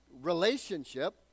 relationship